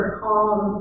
calm